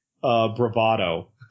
bravado